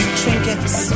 trinkets